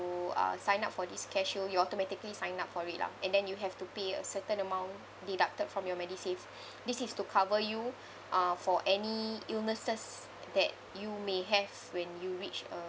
uh sign up for this CareShield you automatically sign up for it lah and then you have to pay a certain amount deducted from your MediSave this is to cover you uh for any illnesses that you may have when you reach